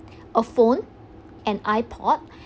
a phone an ipod